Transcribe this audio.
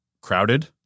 crowded